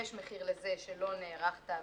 יש מחיר לזה שלא נערכת,